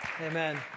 Amen